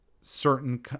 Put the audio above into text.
certain